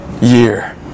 year